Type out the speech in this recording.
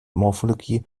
morphologie